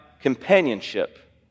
companionship